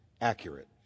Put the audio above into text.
accurate